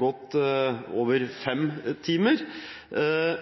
godt over fem timer.